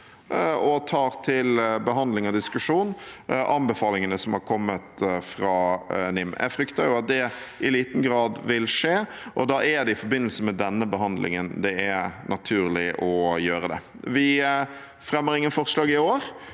og tar til behandling og diskusjon anbefalingene som har kommet fra NIM. Jeg frykter at det i liten grad vil skje, og da er det i forbindelse med denne behandlingen det er naturlig å følge opp dette. Vi fremmer ingen forslag i år,